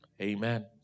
Amen